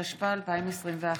התשפ"א 2021,